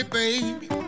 baby